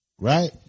Right